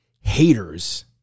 haters